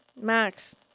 Max